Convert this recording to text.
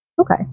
okay